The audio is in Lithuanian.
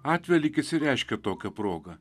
atvelykis ir reiškia tokią progą